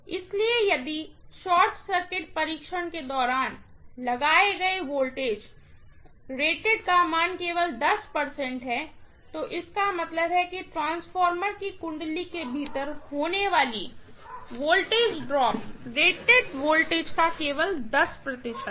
इसलिए यदि short circuit परीक्षण के दौरान लगाए गए वोल्टेज रेटेड मान का केवल 10 प्रतिशत है तो इसका मतलब है कि ट्रांसफार्मर कीवाइंडिंग के भीतर होने वाली वोल्टेज ड्रॉप रेटेड वोल्टेज का केवल 10 प्रतिशत है